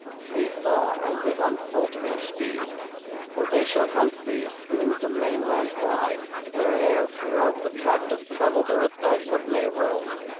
flee far and with unfaltering speed for they shall hunt thee through the mainland wide where'er throughout the tract of travelled earth thy foot may roam,